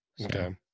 Okay